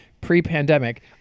pre-pandemic